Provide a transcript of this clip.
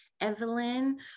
Evelyn